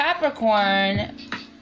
Capricorn